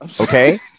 Okay